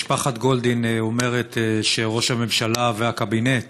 משפחת גולדין אומרת שראש הממשלה והקבינט